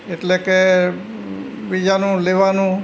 એટલે કે બીજાનું લેવાનું